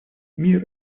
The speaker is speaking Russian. мир